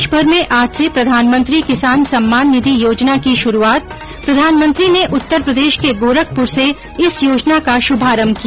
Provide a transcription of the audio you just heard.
देशभर में आज से प्रधानमंत्री किसान सम्मान निधि योजना की शुरूआत प्रधानमंत्री ने उत्तर प्रदेश के गोरखपुर से इस योजना का शुभारंभ किया